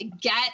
get